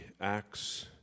Acts